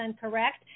correct